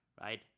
right